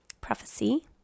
Prophecy